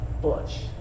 Bush